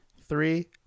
Three